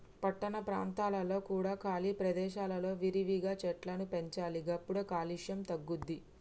పట్టణ ప్రాంతాలలో కూడా ఖాళీ ప్రదేశాలలో విరివిగా చెట్లను పెంచాలి గప్పుడే కాలుష్యం తగ్గుద్ది